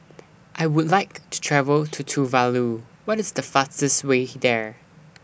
I Would like to travel to Tuvalu What IS The fastest Way There